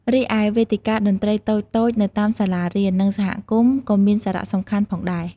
រីឯវេទិកាតន្ត្រីតូចៗនៅតាមសាលារៀន និងសហគមន៍ក៏មានសារៈសំខាន់ផងដែរ។